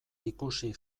ikusi